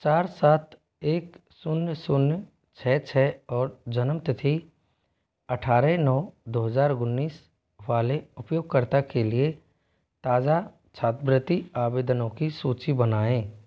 चार सात एक शून्य सून्य छः छः और जन्म तिथि अट्ठारह नौ दो हज़ार उन्नीस वाले उपयोगकर्ता के लिए ताज़ा छातवृति आवेदनों की सूची बनाएँ